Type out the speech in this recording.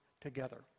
together